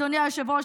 אדוני היושב-ראש,